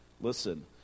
Listen